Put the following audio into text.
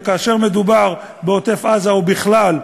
וכאשר מדובר בעוטף-עזה או בכלל,